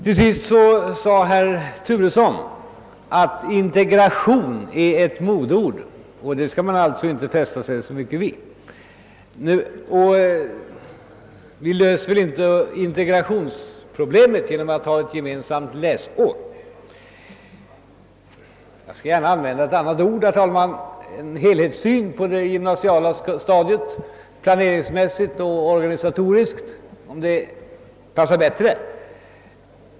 Herr Turesson sade vidare att integration är ett modeord — det bör man alltså inte fästa sig särskilt mycket vid — och att man inte löser integrationsproblemet genom att ha ett gemensamt läsår. Jag skall gärna använda ett annat ord, herr talman: en helhetssyn på det gymnasiala stadiet, planeringsmässigt och organisatoriskt, om det passar bättre.